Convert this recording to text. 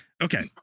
Okay